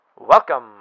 Welcome